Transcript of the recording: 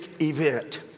event